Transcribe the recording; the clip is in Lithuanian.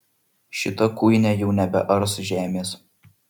šita kuinė jau nebears žemės